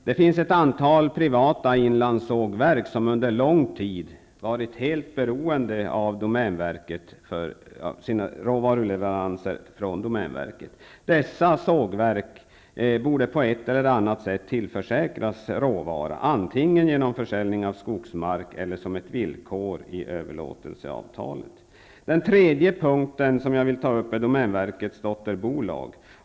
Det finns ett antal privata inlandssågverk som under lång tid har varit helt beroende av råvaruleveranser från domänverket. Dessa sågverk borde på ett eller annat sätt tillförsäkras råvara, antingen genom försäljning av skogsmark, eller som ett villkor i överlåtelseavtalet. Den tredje punkt som jag vill ta upp är domänverkets dotterbolag.